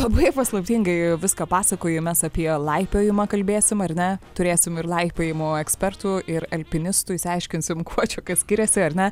labai paslaptingai viską pasakoji mes apie laipiojimą kalbėsim ar ne turėsim ir laipiojimo ekspertų ir alpinistų išsiaiškinsim kuo čia skiriasi ar ne